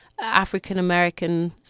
african-american